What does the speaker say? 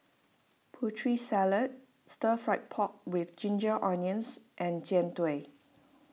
Putri Salad Stir Fry Pork with Ginger Onions and Jian Dui